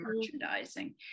merchandising